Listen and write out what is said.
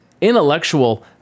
intellectual